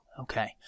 Okay